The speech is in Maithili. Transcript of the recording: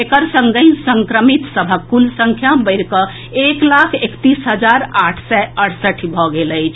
एकर संगहि संक्रमित सभक कुल संख्या बढ़ि कऽ एक लाख एकतीस हजार आठ सय अड़सठि भऽ गेल अछि